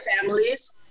families